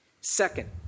Second